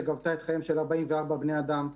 שגבתה את חייהם של 44 בני אדם,